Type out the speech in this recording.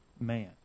man